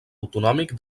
autonòmic